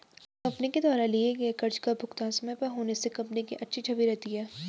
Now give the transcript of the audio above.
company के द्वारा लिए गए कर्ज का भुगतान समय पर होने से कंपनी की छवि अच्छी रहती है